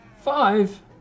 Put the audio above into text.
Five